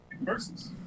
Versus